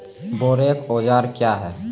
बोरेक औजार क्या हैं?